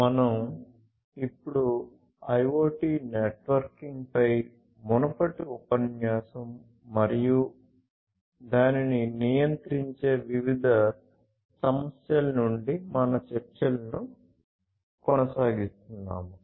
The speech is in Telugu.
మనం ఇప్పుడు IoT నెట్వర్కింగ్పై మునుపటి ఉపన్యాసం మరియు దానిని నియంత్రించే వివిధ సమస్యల నుండి మన చర్చలను కొనసాగిస్తున్నాము